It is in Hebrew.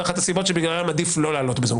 זו אחת הסיבות שבגללן עדיף לא לעלות בזום.